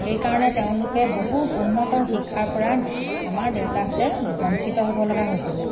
সেই কাৰণে তেওঁলোকে বহুত উন্নত শিক্ষাৰ পৰা আমাৰ দেউতাহঁতে বঞ্চিত হ'ব লগা হৈছিলে